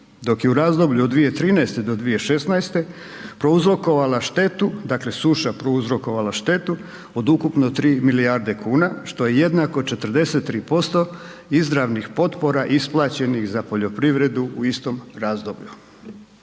dok je u razdoblju od 2013.-te do 2016.-te prouzrokovala štetu, dakle suša prouzrokovala štetu od ukupno 3 milijarde kuna što je jednako 43% izravnih potpora isplaćenih za poljoprivredu u istom razdoblju.